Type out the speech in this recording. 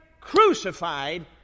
crucified